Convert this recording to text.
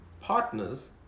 Partners